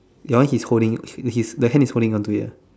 your one his holding his the hand is holding onto it ah